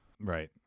Right